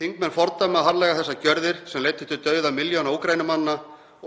Þingmenn fordæma harðlega þessar gjörðir sem leiddu til dauða milljóna Úkraínumanna